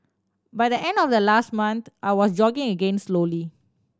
by the end of the last month I was jogging again slowly